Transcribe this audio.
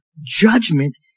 judgment